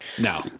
No